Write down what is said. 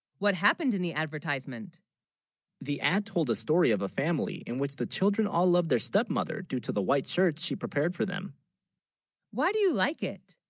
what happened in the advertisement the, ad told a story of a family in which the children all love their stepmother due to the white shirt she prepared for them why, do you like it